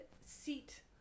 seat